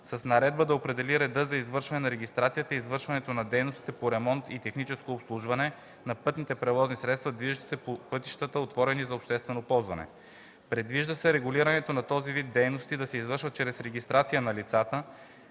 с наредба да определи реда за извършване на регистрацията и извършването на дейностите по ремонт и техническо обслужване на пътните превозни средства, движещи се по пътищата, отворени за обществено ползване. Предвижда се регулирането на този вид дейности да се извършва чрез регистрация на лицата,